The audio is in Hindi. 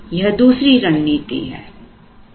यह दूसरी रणनीति है